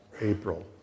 April